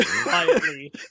quietly